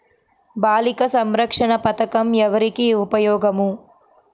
బాలిక సంరక్షణ పథకం ఎవరికి ఉపయోగము?